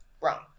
Wrong